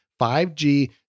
5g